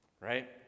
right